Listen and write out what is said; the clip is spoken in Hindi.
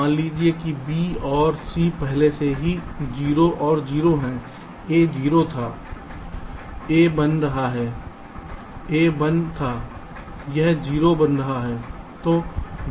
मान लीजिए कि B और C पहले से ही 0 और 0 हैं A 0 था A बन रहा है A 1 था यह 0 बन रहा है